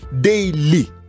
daily